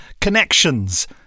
connections